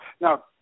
Now